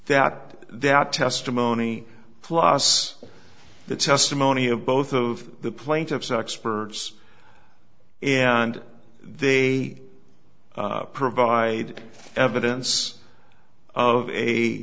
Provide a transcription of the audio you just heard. that that testimony plus the testimony of both of the plaintiffs experts and they provide evidence of a